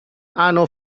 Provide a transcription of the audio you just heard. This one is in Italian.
hanno